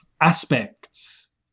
aspects